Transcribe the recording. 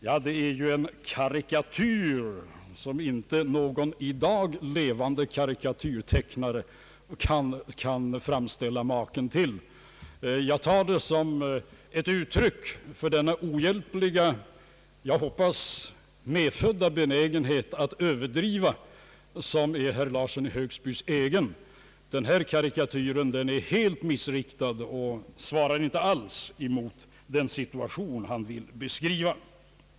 Ja, det är ju en karikatyr som inte någon i dag levande karikatyrtecknare kan framställa maken till. Jag tar det som ett uttryck för den ohjälpliga — jag hoppas medfödda — benägenhet att överdriva, som är herr Larssons i Högsby egen. Karikatyren är helt missriktad och svarar inte alls mot den situation han vill beskriva.